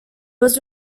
was